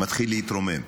מתחיל להתרומם.